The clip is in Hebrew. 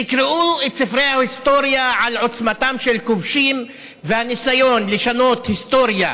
תקראו את ספרי ההיסטוריה על עוצמתם של כובשים והניסיון לשנות היסטוריה,